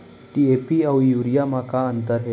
DAP अऊ urea म का अंतर हे?